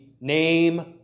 name